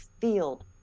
field